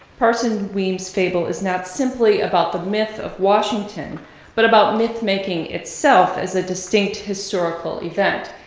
parson weems' fable is not simply about the myth of washington but about mythmaking itself as a distinct historical event,